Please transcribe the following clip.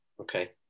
Okay